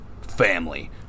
family